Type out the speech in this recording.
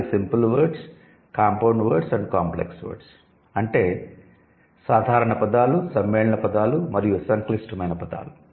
అవి 'simple words compound words and complex words words compound words and complex words అంటే సాధారణ పదాలు సమ్మేళన పదాలు మరియు సంక్లిష్టమైన పదాలు